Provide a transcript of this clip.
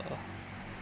uh